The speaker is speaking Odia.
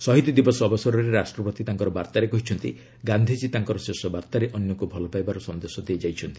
ଶହିଦ ଦିବସ ଅବସରରେ ରାଷ୍ଟ୍ରପତି ତାଙ୍କ ବାର୍ତ୍ତାରେ କହିଛନ୍ତି ଗାନ୍ଧୀଜୀ ତାଙ୍କର ଶେଷ ବାର୍ତ୍ତାରେ ଅନ୍ୟକୁ ଭଲପାଇବାର ସନ୍ଦେଶ ଦେଇଯାଇଛନ୍ତି